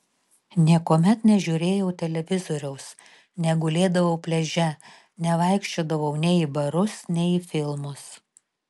niekuomet nežiūrėjau televizoriaus negulėdavau pliaže nevaikščiodavau nei į barus nei į filmus